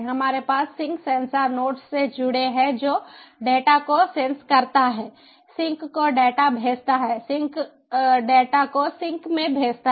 हमारे पास sink sensor nodes से जुड़ा है जो डेटा को सेंस करता है सिंक को डेटा भेजता है सिंक डेटा को सिंक में भेजता है